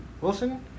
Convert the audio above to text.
Wilson